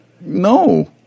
No